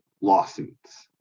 lawsuits